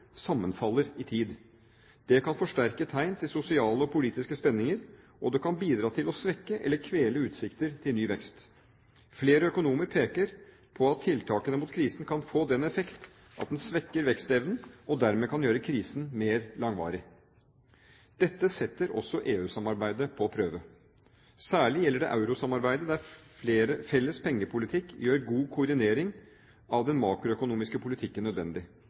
sammenfaller i tid. Det kan forsterke tegn til sosiale og politiske spenninger, og det kan bidra til å svekke eller kvele utsikter til ny vekst. Flere økonomer peker på at tiltakene mot krisen kan få den effekt at den svekker vekstevnen og dermed kan gjøre krisen mer langvarig. Dette setter også EU-samarbeidet på prøve. Særlig gjelder det eurosamarbeidet, der felles pengepolitikk gjør god koordinering av den makroøkonomiske politikken nødvendig.